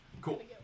cool